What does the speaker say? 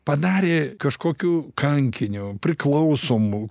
padarė kažkokiu kankiniu priklausomu